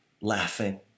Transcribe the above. laughing